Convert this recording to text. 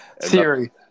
Siri